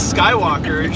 Skywalker